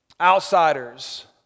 outsiders